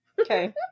Okay